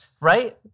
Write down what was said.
Right